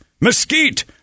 mesquite